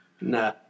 No